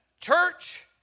church